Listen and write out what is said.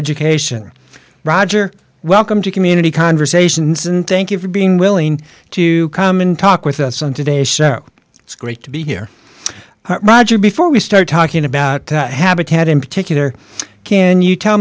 education roger welcome to community conversations and thank you for being willing to come and talk with us on today's show it's great to be here roger before we start talking about habitat in particular can you tell